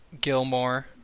Gilmore